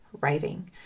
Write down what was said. writing